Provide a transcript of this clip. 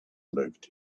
looked